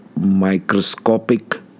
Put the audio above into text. microscopic